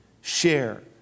Share